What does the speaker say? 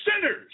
sinners